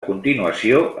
continuació